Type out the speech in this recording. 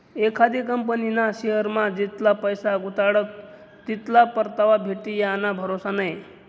एखादी कंपनीना शेअरमा जितला पैसा गुताडात तितला परतावा भेटी याना भरोसा नै